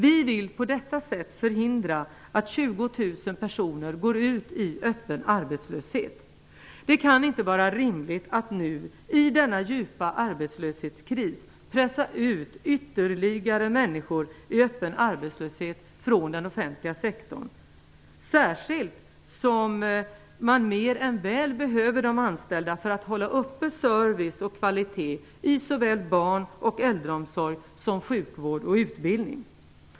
Vi vill på detta sätt förhindra att 20 000 personer går ut i öppen arbetslöshet. Det kan inte vara rimligt att nu, i denna djupa arbetslöshetskris, pressa ut ytterligare människor i öppen arbetslöshet från den offentliga sektorn, särskilt som man mer än väl behöver de anställda för att hålla uppe service och kvalitet i såväl barn och äldreomsorg som sjukvård och utbildning.